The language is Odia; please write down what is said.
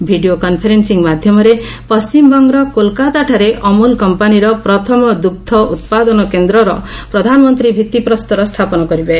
ଭିଡ଼ିଓ କନ୍ଫରେନ୍ସିଂ ମାଧ୍ୟମରେ ପଶ୍ଚିମବଙ୍ଗର କୋଲ୍କାତାଠାରେ ଅମ୍ବଲ କମ୍ପାନୀର ପ୍ରଥମ ଦୁଗ୍ର ଉତ୍ପାଦନ କେନ୍ଦ୍ରର ପ୍ରଧାନମନ୍ତ୍ରୀ ଭିଭିପ୍ରସ୍ତର ସ୍ଥାପନ କରିବେ